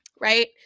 right